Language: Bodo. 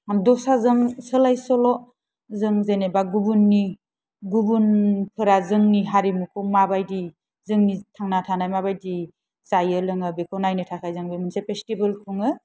दस्राजों सोलाय सोल' जों जेनेबा गुबुननि गुबुनफोरा जोंनि हारिमुखौ माबायदि जोंनि थांना थानाय माबायदि जायो लोङो बेखौ नायनो थाखाय मोनसे फेस्तिभेल खुङो